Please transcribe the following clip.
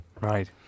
Right